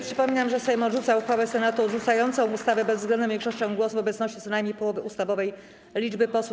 Przypominam, że Sejm odrzuca uchwałę Senatu odrzucającą ustawę bezwzględną większością głosów w obecności co najmniej połowy ustawowej liczby posłów.